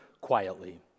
quietly